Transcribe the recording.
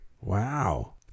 Wow